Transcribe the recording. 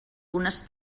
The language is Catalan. unes